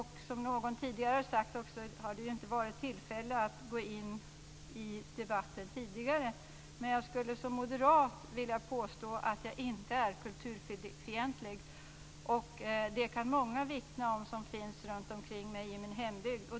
Som någon redan har sagt har det inte funnits tillfälle att tidigare gå in i debatten. Men som moderat vill jag påstå att jag inte är kulturfientlig. Det kan många vittna om som finns runt omkring mig i min hembygd.